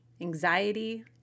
anxiety